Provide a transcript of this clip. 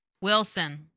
Wilson